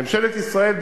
ממשלת ישראל,